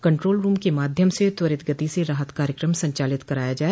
control room के माध्यम से त्वरित गति से राहत कार्यक्रम संचालित कराया जाए